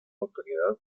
notoriedad